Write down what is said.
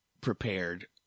prepared